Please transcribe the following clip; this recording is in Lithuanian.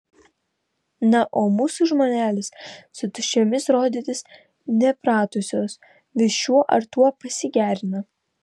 na o mūsų žmonelės su tuščiomis rodytis nepratusios vis šiuo ar tuo pasigerina